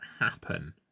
happen